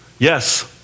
Yes